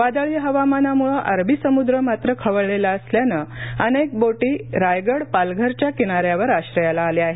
वादळी हवामानामुळे अरबी समुद्र मात्र खवळलेला असल्यानं अनेक बोटी रायगड पालघरच्या किनाऱ्यावर आश्रयाला आल्या आहेत